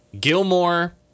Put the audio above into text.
Gilmore